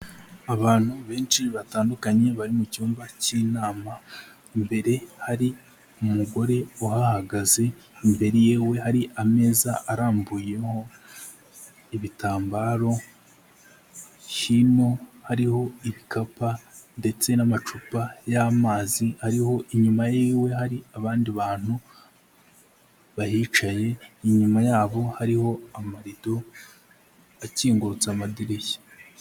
Abantu benshi batandukanye bari mu cyumba k'inama, imbere hari umugore uhahagaze, imbere ye hari ameza arambuyeho ibitambaro, hino hariho ibikapu ndetse n'amacupa y'amazi ariho inyuma ye yiwe hari abandi bantu bahicaye. inyuma yabo hariho amarido akingurutse amadirishya.